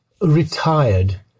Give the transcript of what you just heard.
retired